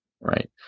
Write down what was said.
right